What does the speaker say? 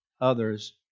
Others